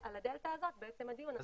על הדלתא הזו הדיון.